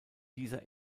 dieser